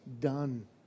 done